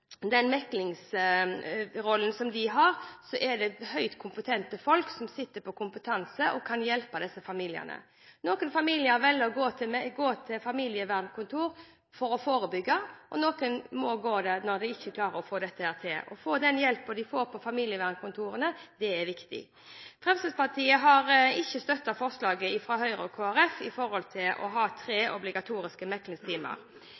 den hjelpen. Det er helsestasjonene som ser familiene først. Men så kommer familievernkontorene, som også ser disse familiene. Når det gjelder deres meklingsrolle, er det høyt kompetente folk som kan hjelpe disse familiene. Noen familier velger å gå til familievernkontor for å forebygge, og noen må gå dit når de ikke klarer å få dette til. Det å få den hjelpen på familievernkontoret, er viktig. Fremskrittspartiet har ikke støttet forslaget fra Høyre og Kristelig Folkeparti når det gjelder å ha tre obligatoriske meklingstimer.